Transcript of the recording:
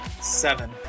Seven